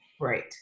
right